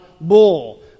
bull